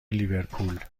لیورپول